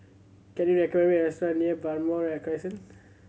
can you recommend me a restaurant near Balmoral Crescent